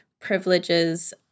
privileges